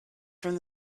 from